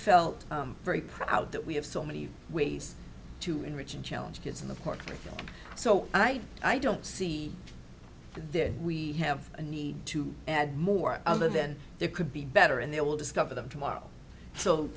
felt very proud that we have so many ways to enrich and challenge kids in the park and so i i don't see this we have a need to add more other then there could be better and there will discover them tomorrow so